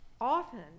Often